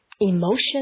emotion